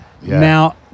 Now